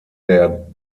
der